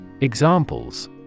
Examples